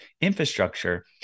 infrastructure